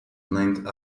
named